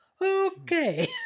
Okay